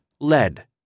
lead